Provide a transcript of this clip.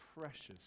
precious